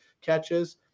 catches